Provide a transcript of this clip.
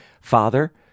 Father